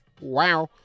wow